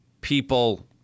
people